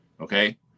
Okay